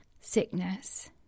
sickness